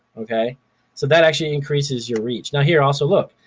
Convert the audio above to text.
okay. so that actually increases your reach. now here also look,